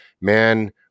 man